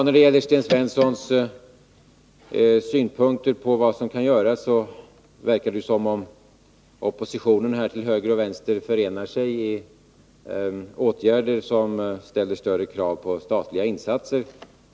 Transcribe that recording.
När det gäller Sten Svenssons synpunkter på vad som kan göras så verkar det som om oppositionen till höger och vänster vill förena sig om åtgärder som ställer större krav på statliga insatser.